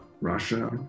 Russia